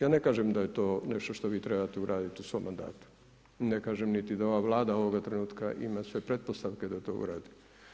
Ja ne kažem da je to nešto što vi morate uraditi u svome mandatu, ne kažem ni da ova Vlada ovoga trenutka ima sve pretpostavke da to uradi.